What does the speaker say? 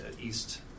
East